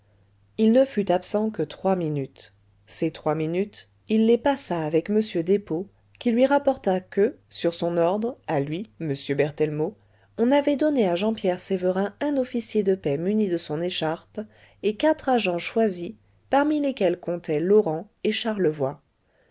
il ne fut absent que trois minutes ces trois minutes il les passa avec m despaux qui lui rapporta que sur son ordre à lui m berthellemot on avait donné à jean pierre sévérin un officier de paix muni de son écharpe et quatre agents choisis parmi lesquels comptaient laurent et charlevoy